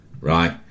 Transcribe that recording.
right